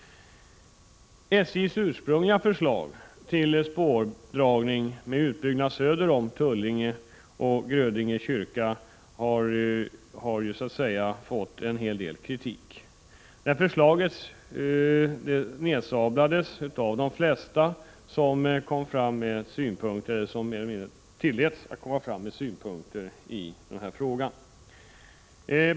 SJ:s ursprungliga förslag till spårdragning, med utbyggnad söder om Tullinge och Grödinge kyrka, har fått en hel del kritik. Förslaget nedsablades av de flesta som tilläts komma fram med synpunkter i frågan.